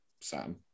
Sam